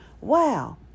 wow